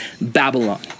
Babylon